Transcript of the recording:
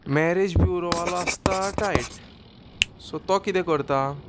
marriage ब्युरोवालो आसता टायट सो तो किदें करता